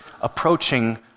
approaching